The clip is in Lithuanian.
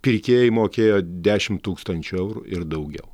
pirkėjai mokėjo dešimt tūkstančių eurų ir daugiau